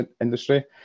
industry